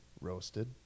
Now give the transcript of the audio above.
roasted